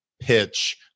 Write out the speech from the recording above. pitch